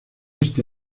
este